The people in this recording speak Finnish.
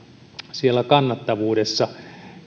siellä kannattavuudessa